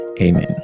Amen